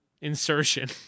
insertion